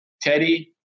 Teddy